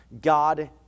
God